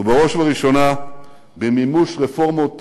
ובראש ובראשונה במימוש רפורמת